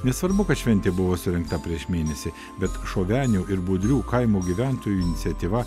nesvarbu kad šventė buvo surengta prieš mėnesį bet šovenių ir budrių kaimo gyventojų iniciatyva